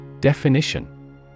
Definition